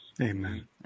Amen